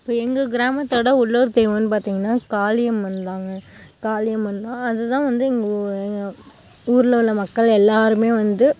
எங்கள் கிராமத்தோட உள்ளூர் தெய்வன்னு பார்த்திங்கன்னா காளியம்மன் தாங்க காளியம்மன் தான் அதுதான் வந்து எங்கள் எங்கள் ஊரில் உள்ள மக்கள் எல்லாருமே வந்து